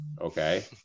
Okay